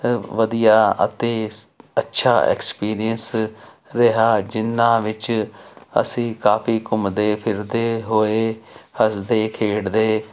ਵਧੀਆ ਅਤੇ ਅੱਛਾ ਐਕਸਪੀਰੀਸ ਰਿਹਾ ਜਿਨ੍ਹਾਂ ਵਿੱਚ ਅਸੀਂ ਕਾਫ਼ੀ ਘੁੰਮਦੇ ਫਿਰਦੇ ਹੋਏ ਹੱਸਦੇ ਖੇਡਦੇ